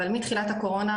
אבל מתחילת הקורונה,